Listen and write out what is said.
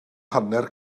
hanner